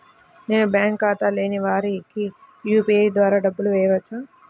నేను బ్యాంక్ ఖాతా లేని వారికి యూ.పీ.ఐ ద్వారా డబ్బులు వేయచ్చా?